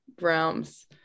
realms